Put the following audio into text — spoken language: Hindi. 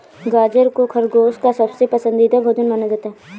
गाजर को खरगोश का सबसे पसन्दीदा भोजन माना जाता है